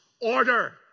order